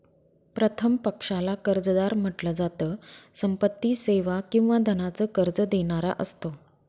प्रथम पक्षाला कर्जदार म्हंटल जात, संपत्ती, सेवा किंवा धनाच कर्ज देणारा असतो